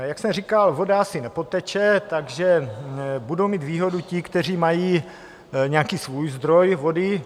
Jak jsem říkal, voda asi nepoteče, takže budou mít výhodu ti, kteří mají nějaký svůj zdroj vody.